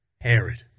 Herod